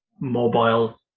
mobile